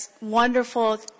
wonderful